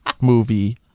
movie